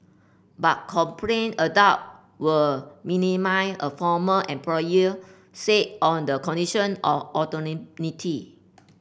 but adult were minimal a former employee said on the condition of